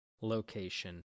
location